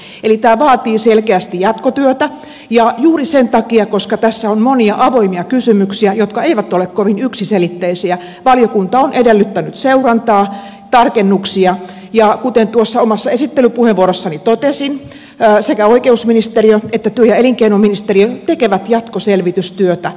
eli tämä vaatii selkeästi jatkotyötä ja juuri sen takia koska tässä on monia avoimia kysymyksiä jotka eivät ole kovin yksiselitteisiä valiokunta on edellyttänyt seurantaa tarkennuksia ja kuten tuossa omassa esittelypuheenvuorossani totesin sekä oikeusministeriö että työ ja elinkeinoministeriö tekevät jatkoselvitystyötä